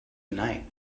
tonight